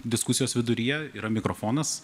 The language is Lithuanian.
diskusijos viduryje yra mikrofonas